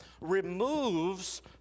removes